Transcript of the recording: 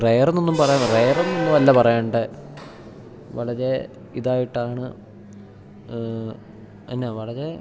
rare എന്നൊന്നും പറയാതെ rare എന്നൊന്നും അല്ല പറയണ്ടേ വളരെ ഇതായിട്ടാണ് എന്നാ വളരെ